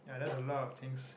ya that's a lot of things